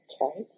Okay